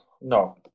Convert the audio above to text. no